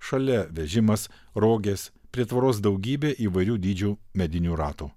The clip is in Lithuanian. šalia vežimas rogės prie tvoros daugybė įvairių dydžių medinių ratų